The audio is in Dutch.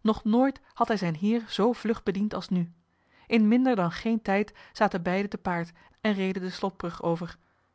nog nooit had hij zijn heer zoo vlug bediend als nu in minder dan geen tijd zaten beiden te paard en reden de slotbrug over